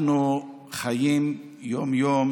אנחנו חיים יום-יום